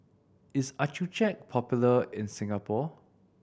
is Accucheck popular in Singapore